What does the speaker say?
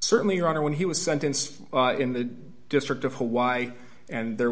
certainly your honor when he was sentenced in the district of hawaii and there